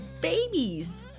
babies